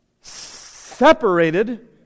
separated